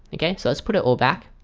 okay, so let's put it all back